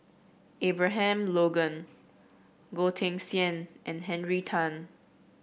Abraham Logan Goh Teck Sian and Henry Tan